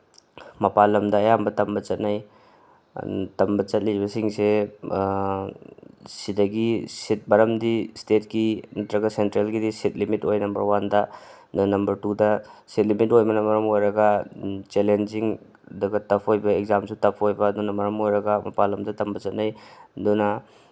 ꯃꯄꯥꯜ ꯂꯝꯗ ꯑꯌꯥꯝꯕ ꯇꯝꯕ ꯆꯠꯅꯩ ꯇꯝꯕ ꯆꯠꯂꯤꯕꯁꯤꯡꯁꯦ ꯁꯤꯗꯒꯤ ꯁꯤꯠ ꯃꯔꯝꯗꯤ ꯏꯁꯇꯦꯠꯀꯤ ꯅꯠꯇ꯭ꯔꯒ ꯁꯦꯟꯇ꯭ꯔꯦꯜꯒꯤꯗꯤ ꯁꯤꯠ ꯂꯤꯃꯤꯠ ꯑꯣꯏ ꯅꯝꯕꯔ ꯋꯥꯟꯗ ꯑꯗꯨꯒ ꯅꯝꯕꯔ ꯇꯨꯗ ꯁꯤꯠ ꯂꯤꯃꯤꯠ ꯑꯣꯏꯕꯅ ꯃꯔꯝ ꯑꯣꯏꯔꯒ ꯆꯦꯂꯦꯟꯖꯤꯡ ꯑꯗꯨꯒ ꯇꯐ ꯑꯣꯏꯕ ꯑꯦꯛꯁꯖꯥꯝꯁꯨ ꯇꯐ ꯑꯣꯏꯕ ꯑꯗꯨꯅ ꯃꯔꯝ ꯑꯣꯏꯔꯒ ꯃꯄꯥꯜ ꯂꯝꯗ ꯇꯝꯕ ꯆꯠꯅꯩ ꯑꯗꯨꯅ